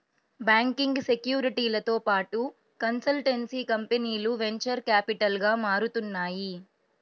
banking, సెక్యూరిటీలతో పాటు consultancy కంపెనీలు వెంచర్ క్యాపిటల్గా మారుతున్నాయి